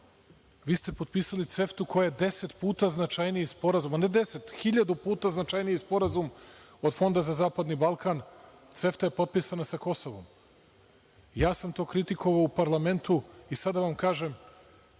vi ste potpisali CEFT-u, koja je deset puta značajniji sporazum. Ma ne deset, hiljadu puta značajni sporazum od Fonda za zapadnim Balkan, CEFT-a je potpisana sa Kosovom. Ja sam to kritikovao u Parlamentu i sad da vam kažem,